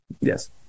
Yes